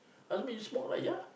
Azmi you smoke right ya